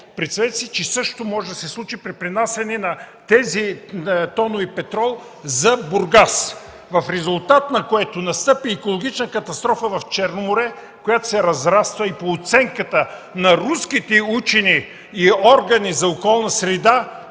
Представете си, че същото може да се случи при пренасяне на тези тонове петрол към Бургас. В резултат на това настъпи екологична катастрофа в Черно море, която се разраства. По оценка на руските учени и органи за околна среда